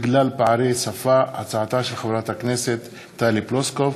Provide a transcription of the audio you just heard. בגלל פערי שפה, הצעתה של חברת הכנסת טלי פלוסקוב.